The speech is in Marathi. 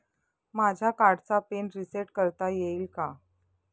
माझ्या कार्डचा पिन रिसेट करता येईल का?